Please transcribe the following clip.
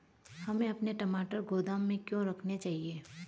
हमें अपने टमाटर गोदाम में क्यों रखने चाहिए?